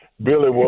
Billy